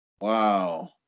Wow